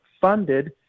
funded